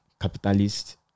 capitalist